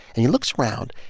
and he looks around,